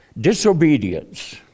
disobedience